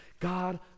God